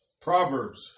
Proverbs